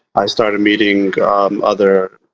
i started meeting other.